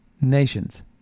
nations